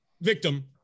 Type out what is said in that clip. victim